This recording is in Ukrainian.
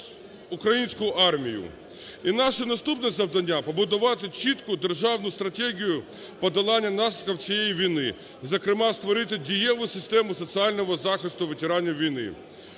українську армію. І наше наступне завдання – побудувати чітку державну стратегію подолання наслідків цієї війни, зокрема створити дієву систему соціального захисту ветеранів війни.